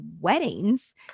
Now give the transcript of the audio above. weddings